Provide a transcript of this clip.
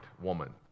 woman